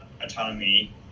autonomy